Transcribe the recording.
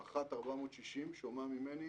מח"ט 460 שומע ממני